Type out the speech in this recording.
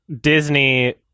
Disney